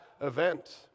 event